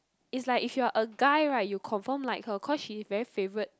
is like if you're a guy right you'll confirm like her cause she's very favorite